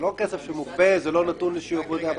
זה לא כסף שמוקפא, זה לא נתון לשעבוד.